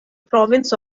province